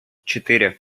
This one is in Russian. четыре